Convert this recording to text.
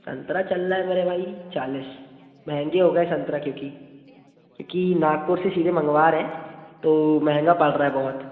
संतरा चल रहा है मेरे भाई चालीस महंगे हो गए संतरे क्योंकि क्योंकि नागपुर से सीधे मंगवा रहे तो महंगा पड़ रहा है बहुत